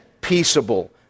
peaceable